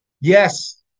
yes